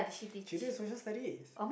she did social-studies